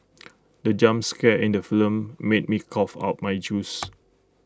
the jump scare in the film made me cough out my juice